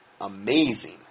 amazing